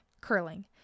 curling